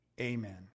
amen